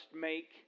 make